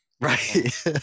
right